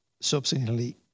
subsequently